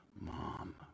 mom